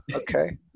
okay